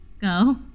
go